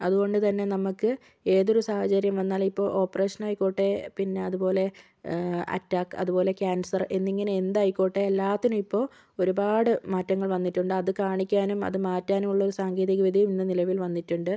അതുകൊണ്ട് തന്നെ നമുക്ക് ഏതൊരു സാഹചര്യം വന്നാലും ഇപ്പോൾ ഓപ്പറേഷൻ ആയിക്കോട്ടെ പിന്നെ അതുപോലെ അറ്റാക്ക് അതുപോലെ കാൻസർ എന്നിങ്ങനെ എന്ത് ആയിക്കോട്ടെ എല്ലാത്തിനും ഇപ്പോൾ ഒരുപാട് മാറ്റങ്ങൾ വന്നിട്ടുണ്ട് അത് കാണിക്കാനും അത് മാറ്റാനുമുള്ള ഒരു സാങ്കേതിക വിദ്യ ഇന്ന് നിലവിൽ വന്നിട്ടുണ്ട്